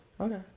okay